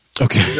Okay